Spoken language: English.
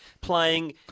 playing